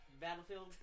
Battlefield